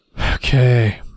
Okay